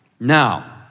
Now